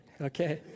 okay